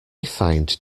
find